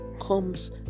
comes